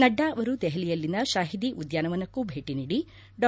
ನಡ್ಡಾ ಅವರು ದೆಹಲಿಯಲ್ಲಿನ ಶಾಹಿದಿ ಉದ್ಘಾನವನಕ್ಕೂ ಭೇಟಿ ನೀಡಿ ಡಾ